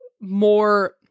more